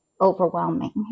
overwhelming